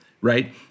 right